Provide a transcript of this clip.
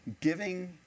giving